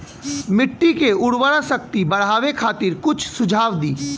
मिट्टी के उर्वरा शक्ति बढ़ावे खातिर कुछ सुझाव दी?